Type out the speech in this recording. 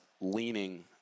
leaning